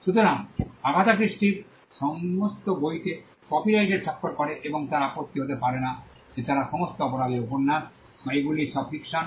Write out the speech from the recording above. সুতরাং আগাথা ক্রিস্টির সমস্ত বইতে কপিরাইট স্বাক্ষর করে এবং তারা আপত্তি হতে পারে না যে তারা সমস্ত অপরাধের উপন্যাস বা এগুলি সব ফিক্শন